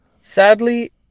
Sadly